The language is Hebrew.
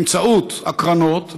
באמצעות הקרנות,